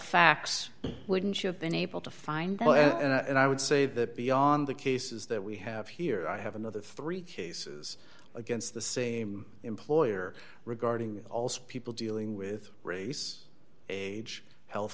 facts wouldn't you have been able to find and i would say that beyond the cases that we have here i have another three cases against the same employer regarding also people dealing with race a health